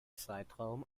zeitraum